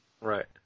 Right